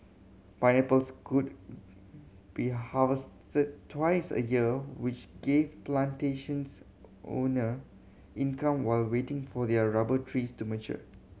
pineapples could be harvested twice a year which gave plantations owner income while waiting for their rubber trees to mature